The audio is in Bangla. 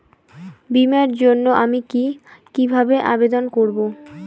বিমার জন্য আমি কি কিভাবে আবেদন করব?